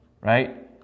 right